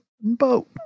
boat